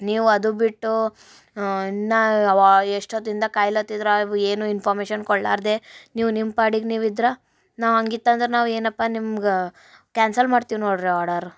ನೀವು ಅದು ಬಿಟ್ಟು ಇನ್ನು ಯವಾ ಎಷ್ಟೊತ್ತಿಂದ ಕಾಯ್ಲತ್ತಿದರೂ ಆಯ್ ಏನೂ ಇನ್ಫಾಮೇಷನ್ ಕೊಡಲಾರ್ದೆ ನೀವು ನಿಮ್ಮ ಪಾಡಿಗೆ ನೀವಿದ್ರೆ ನಾವು ಹಂಗಿತ್ತಂದ್ರ್ ನಾವು ಏನಪ್ಪ ನಿಮ್ಗೆ ಕ್ಯಾನ್ಸಲ್ ಮಾಡ್ತೀವಿ ನೋಡಿರಿ ಆಡರು